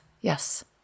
Yes